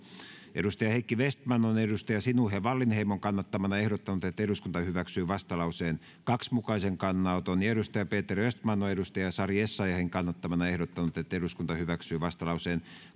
heikki vestman on sinuhe wallinheimon kannattamana ehdottanut että eduskunta hyväksyy vastalauseen kahden mukaisen kannanoton ja peter östman on sari essayahin kannattamana ehdottanut että eduskunta hyväksyy vastalauseen